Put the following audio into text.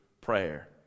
prayer